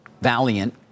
Valiant